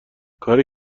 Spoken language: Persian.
کاری